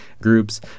groups